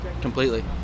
completely